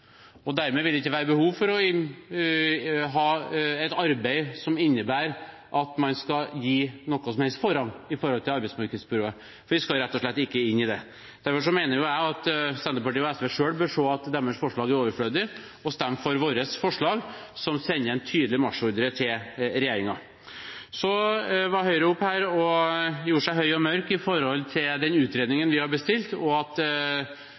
og dermed ville det ikke være behov for å ha et arbeid som innebærer at man skal gi noen som helst forrang når det gjelder arbeidsmarkedsbyrået, for vi skal rett og slett ikke inn i det. Derfor mener jeg at Senterpartiet og SV selv bør se at deres forslag er overflødige og stemme for vårt forslag, som sender en tydelig marsjordre til regjeringen. Så var Høyre oppe her og gjorde seg høy og mørk med tanke på den utredningen vi har bestilt, og at